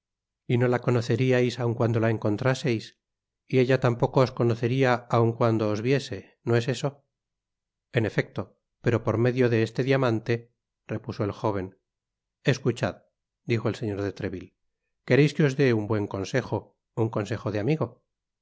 y ne la conoceríais aun cuando la encontraseis y ella tampoco os conocería aun cuando os viese ho es eso en efecto pero por medio de este diamante repuso el jóven escuchad dijo el señor de treville quereis que os dé un buen consejo nn consejo de amigo